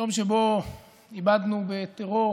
יום שבו איבדנו בטרור